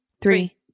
three